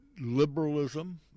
liberalism